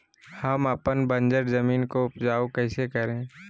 हम अपन बंजर जमीन को उपजाउ कैसे करे?